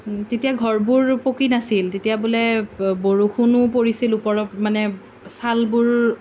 তেতিয়া ঘৰবোৰ পকী নাছিল তেতিয়া বোলে ব বৰষুণো পৰিছিল ওপৰ মানে চালবোৰ